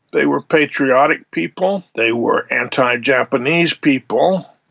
they were patriotic people, they were anti-japanese people,